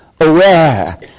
aware